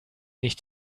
nicht